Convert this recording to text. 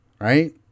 right